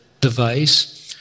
device